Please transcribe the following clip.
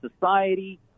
society